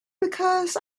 because